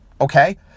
okay